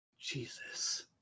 Jesus